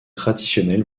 traditionnelle